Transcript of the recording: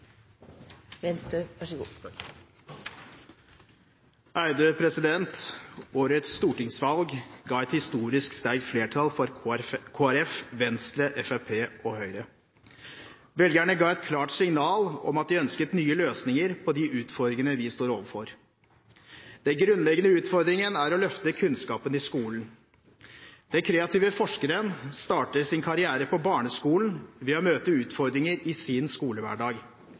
Venstre, Fremskrittspartiet og Høyre. Velgerne ga et klart signal om at de ønsket nye løsninger på de utfordringene vi står overfor. Den grunnleggende utfordringen er å løfte kunnskapen i skolen. Den kreative forskeren starter sin karriere på barneskolen ved å møte utfordringer i sin skolehverdag.